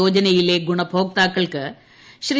യോജനയിലെ ഗുണഭോക്താക്കൾക്ക് ശ്രീ